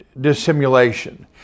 dissimulation